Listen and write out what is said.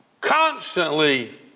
Constantly